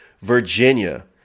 Virginia